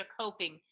coping